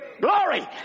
Glory